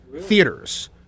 theaters